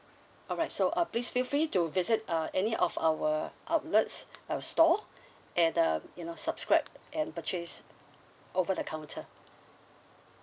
alright so uh please feel free to visit uh any of our outlets uh store and um you know subscribe and purchase over the counter